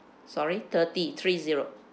sorry thirty three zero